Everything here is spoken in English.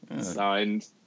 Signed